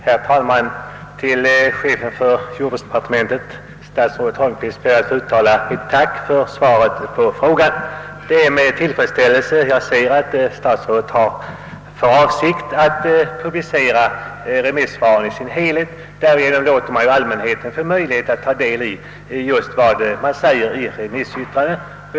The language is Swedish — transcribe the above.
Herr talman! Till chefen för jordbruksdepartementet, statsrådet Holmqvist, ber jag att få uttala mitt tack för svaret på frågan. Det är med tillfredsställelse jag hör att statsrådet har för avsikt att publicera remissvaren i deras helhet. Därigenom får allmänheten möjlighet att ta del av vad som sägs i remissyttrandena.